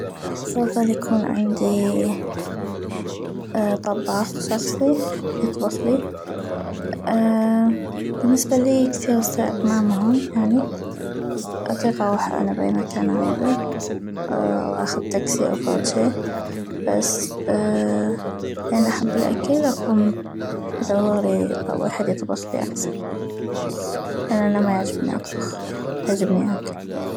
افضل يكون عندي طباخ شخصي يطبخلي بالنسبة لي كثيغ السايق ما مهم يعني اطيق اغوح انا باي مكان اغيدو او اخذ تكسي او فغد شي بس لان احب الاكل اقوم ادوغلي ويحد يطبخلي احسن لان انا ما يعجبني اطبخ يعجبني اكل